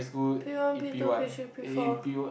P one P two P three P four